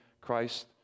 Christ